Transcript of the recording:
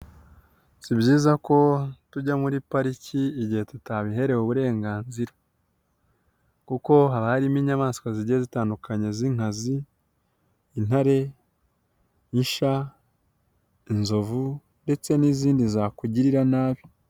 Si byiza ko tujya muri pariki igihe tutabiherewe uburenganzira, kuko harimo inyamaswa zigiye zitandukanye z'inkazi; intare, isha, inzovu ndetse n'izindi zakugirira nabi.